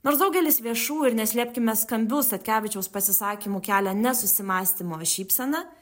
nors daugelis viešų ir neslėpkime skambių statkevičiaus pasisakymų kelia ne susimąstymo šypseną